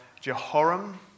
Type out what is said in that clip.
Jehoram